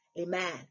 Amen